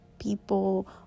people